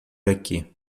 aqui